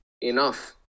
enough